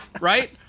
right